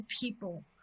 people